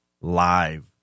live